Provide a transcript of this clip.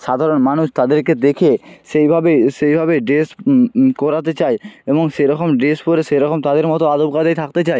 সাধারণ মানুষ তাদেরকে দেখে সেইভাবে সেইভাবে ড্রেস করাতে চায় এবং সেরকম ড্রেস পরে সেরকম তাদের মতো আদব কায়দায় থাকতে চায়